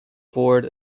board